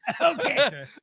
Okay